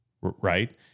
right